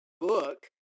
book